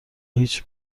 هیچ